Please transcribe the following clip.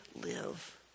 live